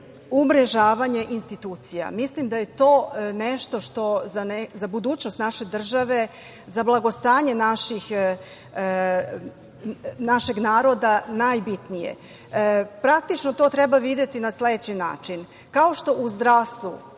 umrežavanje institucija. Mislim da je to nešto što je za budućnost naše države, za blagostanje našeg naroda najbitnije. Praktično, to treba videti na sledeći način. Kao što u zdravstvu,